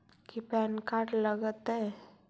की PAN card लग तै?